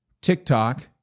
TikTok